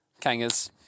Kangas